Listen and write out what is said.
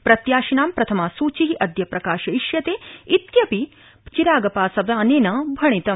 प्रत्याशिनां प्रथमा सूचि अद्य प्रकाशयिष्यते इति चिराग पासवानेन भणितम्